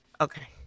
Okay